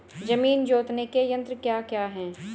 जमीन जोतने के यंत्र क्या क्या हैं?